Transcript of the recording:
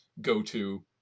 go-to